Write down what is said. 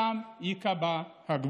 שם ייקבע הגבול".